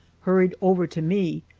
hurried over to me,